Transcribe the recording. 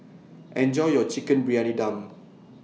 Enjoy your Chicken Briyani Dum